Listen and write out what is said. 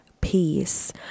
peace